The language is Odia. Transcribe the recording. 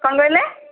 କ'ଣ କହିଲେ